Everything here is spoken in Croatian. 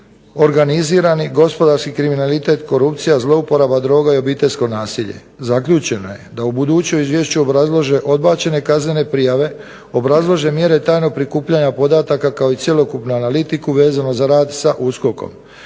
organizirani gospodarski kriminalitet korupcija, zlouporaba droga i obiteljsko nasilje. Zaključeno je da ubuduće u izvješću obrazlože odbačene kaznene prijave, obrazlože mjere tajnog prikupljanja podataka kao i cjelokupnu analitiku vezano za rad sa USKOK-om.